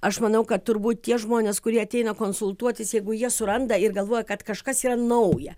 aš manau kad turbūt tie žmonės kurie ateina konsultuotis jeigu jie suranda ir galvoja kad kažkas yra nauja